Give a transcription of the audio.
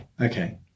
okay